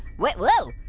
wait, whoa,